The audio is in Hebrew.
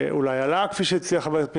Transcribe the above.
אולי על העלאה כפי שהציע חבר הכנסת פינדרוס.